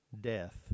death